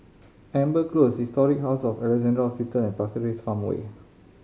Amber Close Historic House of Alexandra Hospital and Pasir Ris Farmway